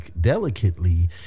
delicately